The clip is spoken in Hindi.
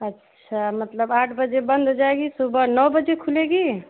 अच्छा मतलब आठ बजे बंद हो जाएगी सुबह नौ बजे खुलेगी